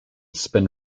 spin